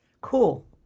cool